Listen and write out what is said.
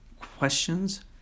questions